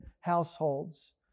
households